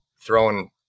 throwing